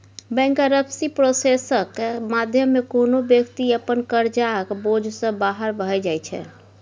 bankruptcy प्रोसेसक माध्यमे कोनो बेकती अपन करजाक बोझ सँ बाहर भए जाइ छै